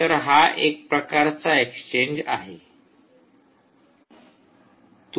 तर हा एक प्रकारचा एक्सचेंज आहे